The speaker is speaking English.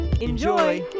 Enjoy